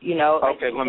Okay